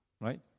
right